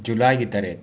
ꯖꯨꯂꯥꯏꯒꯤ ꯇꯔꯦꯠ